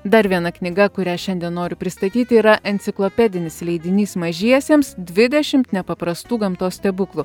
dar viena knyga kurią šiandien noriu pristatyti yra enciklopedinis leidinys mažiesiems dvidešimt nepaprastų gamtos stebuklų